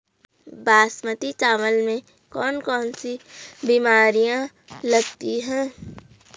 बासमती चावल में कौन कौन सी बीमारियां लगती हैं?